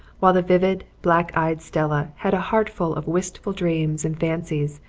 while the vivid, black-eyed stella had a heartful of wistful dreams and fancies,